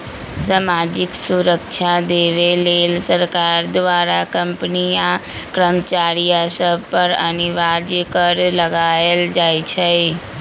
सामाजिक सुरक्षा देबऐ लेल सरकार द्वारा कंपनी आ कर्मचारिय सभ पर अनिवार्ज कर लगायल जाइ छइ